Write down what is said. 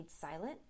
silent